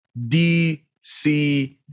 DC